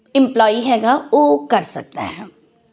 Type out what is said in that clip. employee ਹੈਗਾ ਉਹ ਕਰ ਸਕਦਾ ਹੈ